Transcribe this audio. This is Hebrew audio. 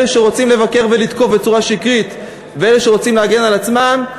אלה שרוצים לבקר ולתקוף בצורה שקרית ואלה שרוצים להגן על עצמם.